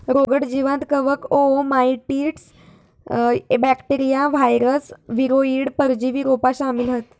रोगट जीवांत कवक, ओओमाइसीट्स, बॅक्टेरिया, वायरस, वीरोइड, परजीवी रोपा शामिल हत